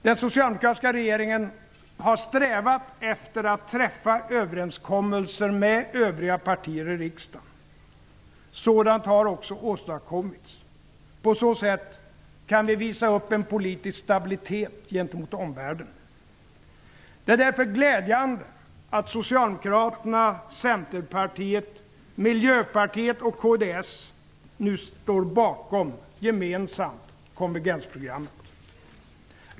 Den socialdemokratiska regeringen har strävat efter att träffa överenskommelser med övriga partier i riksdagen. Sådana har också åstadkommits. På så sätt kan vi visa upp en politisk stabilitet gentemot omvärlden. Det är därför glädjande att Socialdemokraterna, Centerpartiet, Miljöpartiet och kds nu gemensamt står bakom konvergensprogrammet.